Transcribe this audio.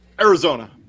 Arizona